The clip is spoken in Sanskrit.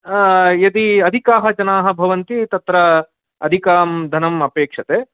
आ यदि अधिकाः जनाः भवन्ति तत्र अधिकं धनं अपेक्षते